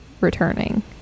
returning